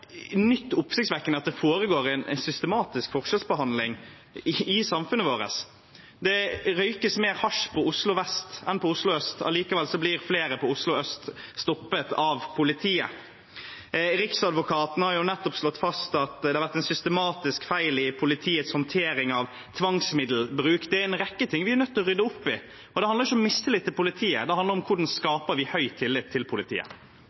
er ikke noe nytt og oppsiktsvekkende at det foregår en systematisk forskjellsbehandling i samfunnet vårt. Det røykes mer hasj på Oslo vest enn på Oslo øst; likevel blir flere på Oslo øst stoppet av politiet. Riksadvokaten har nettopp slått fast at det har vært en systematisk feil i politiets håndtering av tvangsmiddelbruk. Det er en rekke ting vi er nødt til å rydde opp i, og det handler ikke om mistillit til politiet. Det handler om hvordan vi skaper høy tillit til politiet.